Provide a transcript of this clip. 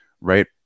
right